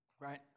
right